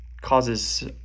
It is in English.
causes